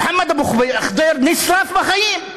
מוחמד אבו ח'דיר נשרף בחיים.